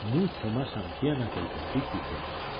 mucho más anciana que el pontífice